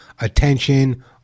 attention